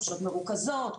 חופשות מרוכזות,